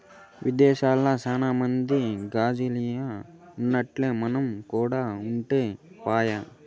విదేశాల్ల సాన మంది గాజిల్లల్ల ఉన్నట్టే మనం కూడా ఉంటే పాయె